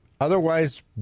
Otherwise